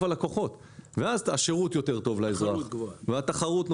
על לקוחות ואז השירות לאזרח יותר טוב וקיימת תחרות.